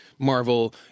Marvel